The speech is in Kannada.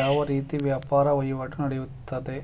ಯಾವ ರೀತಿ ವ್ಯಾಪಾರ ವಹಿವಾಟು ನೆಡೆಯುತ್ತದೆ?